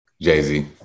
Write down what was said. Jay-Z